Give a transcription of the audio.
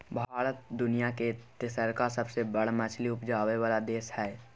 भारत दुनिया के तेसरका सबसे बड़ मछली उपजाबै वाला देश हय